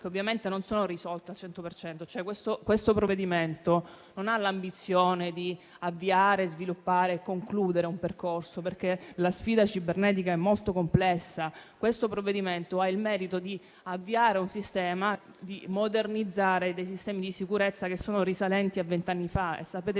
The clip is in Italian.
ovviamente non sono completamente risolte. Il provvedimento in esame non ha l'ambizione di avviare, sviluppare e concludere un percorso, perché la sfida cibernetica è molto complessa. Il provvedimento ha il merito di avviare e modernizzare dei sistemi di sicurezza che sono risalenti a vent'anni fa, e sappiamo